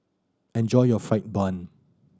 enjoy your fried bun